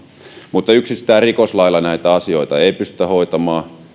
mutta yksistään rikoslailla näitä asioita ei pystytä hoitamaan